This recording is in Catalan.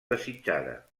desitjada